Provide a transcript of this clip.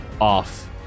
off